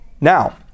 Now